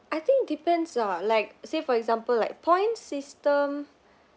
I think depends lah like say for example like points system